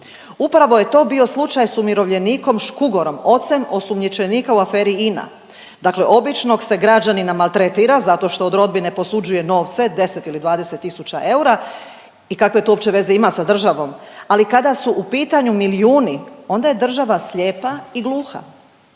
Upravo je to bio slučaj s umirovljenikom Škugorom, ocem osumnjičenika u aferi INA. Dakle, običnog se građanina maltretira zato što od rodbine posuđuje novce, 10 ili 20 tisuća eura i kakve to uopće veze ima sa državom, ali kada su u pitanju milijuni onda je država slijepa i gluha.